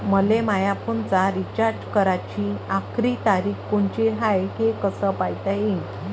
मले माया फोनचा रिचार्ज कराची आखरी तारीख कोनची हाय, हे कस पायता येईन?